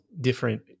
different